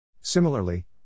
Similarly